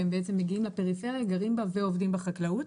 הם מגיעים לפריפריה, גרים בה ועובדים בחקלאות.